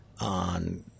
on